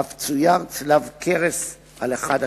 אף צויר צלב קרס על אחד הקירות.